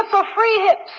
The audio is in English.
are free hips.